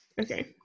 Okay